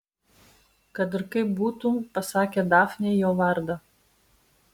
kad ir kaip būtų pasakė dafnei jo vardą